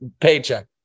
paycheck